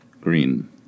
Green